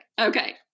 Okay